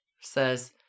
says